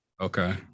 Okay